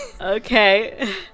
Okay